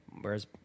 whereas